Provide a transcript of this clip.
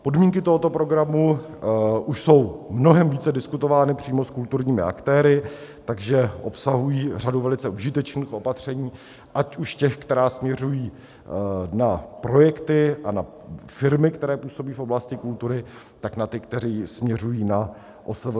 Podmínky tohoto programu už jsou mnohem více diskutovány přímo s kulturními aktéry, takže obsahují řadu velice užitečných opatření, ať už těch, která směřují na projekty a na firmy, které působí v oblasti kultury, tak na ty, která směřují na OSVČ.